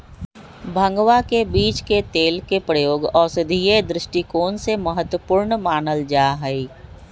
भंगवा के बीज के तेल के प्रयोग औषधीय दृष्टिकोण से महत्वपूर्ण मानल जाहई